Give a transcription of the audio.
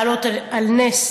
להעלות על נס